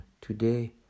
today